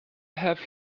have